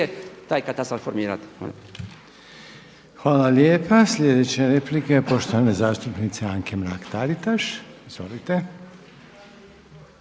taj katastar formirati.